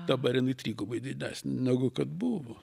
dabar jinai trigubai didesnė negu kad buvo